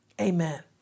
Amen